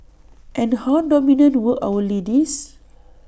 and how dominant were our ladies